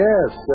Yes